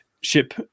ship